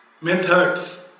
methods